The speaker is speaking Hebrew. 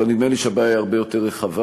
אבל נדמה לי שהבעיה היא הרבה יותר רחבה,